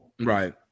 right